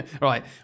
Right